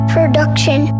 Production